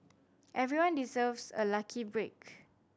everyone deserves a lucky break